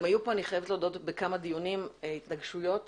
אני חייבת להודות שבכמה דיונים שהתקיימו כאן היו התנגשויות